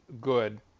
good